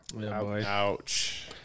Ouch